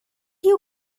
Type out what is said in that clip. you